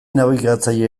nabigatzaile